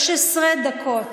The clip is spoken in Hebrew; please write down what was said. נגד רפי פרץ,